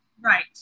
Right